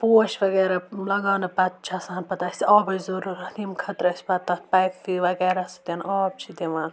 پوش وغیرہ لَگاونہٕ پَتہٕ چھِ آسان پَتہٕ اسہِ آبٕچ ضروٗرت ییٚمہِ خٲطرٕ ٲسۍ پَتہٕ تَتھ پایپہِ وغیرہ سۭتۍ آب چھِ دِوان